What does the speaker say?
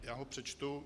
Já ho přečtu: